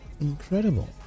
Incredible